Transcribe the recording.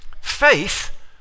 Faith